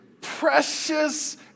precious